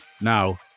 Now